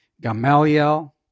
Gamaliel